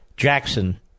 Jackson